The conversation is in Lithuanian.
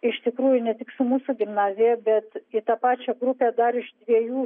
iš tikrųjų ne tik su mūsų gimnazija bet į tą pačią grupę dar iš dviejų